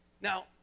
Now